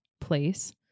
place